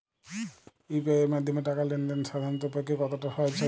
UPI এর মাধ্যমে টাকা লেন দেন সাধারনদের পক্ষে কতটা সহজসাধ্য?